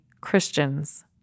Christians